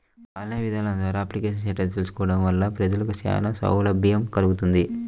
online ఇదానాల ద్వారా application status తెలుసుకోవడం వలన ప్రజలకు చానా సౌలభ్యం కల్గుతుంది